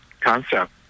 concept